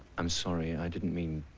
i'm sorry i didn't mean.